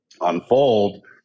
unfold